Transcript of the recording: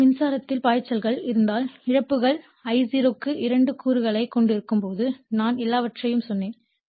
இப்போது மின்சாரத்தின் பாய்ச்சல்கள் இருந்தால் இழப்புகள் I0 க்கு 2 கூறுகளைக் கொண்டிருக்கும் போது நான் எல்லாவற்றையும் சொன்னேன்